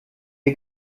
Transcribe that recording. wir